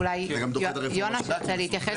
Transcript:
שאולי יונש ירצה להתייחס.